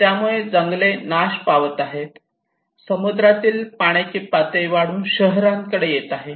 त्यामुळे जंगले नाश पावत आहेत समुद्रातील पाण्याची पातळी वाढून शहरांकडे येत आहे